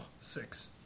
Six